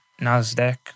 NASDAQ